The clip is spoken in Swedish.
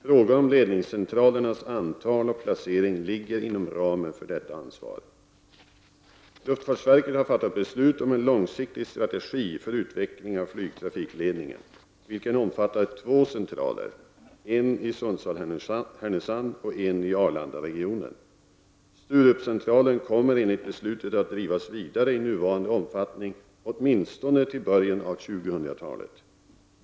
Frågor om ledningscentralernas antal och placering ligger inom ramen för detta ansvar. Luftfartsverket har fattat beslut om en långsiktig strategi för utveckling av flygtrafikledningen, vilken omfattar två centraler, en i Sundsvall/Härnösand och en i Arlandaregionen. Sturupcentralen kommer enligt beslutet att drivas vidare i nuvarande omfattning åtminstone till början av 2000-talet.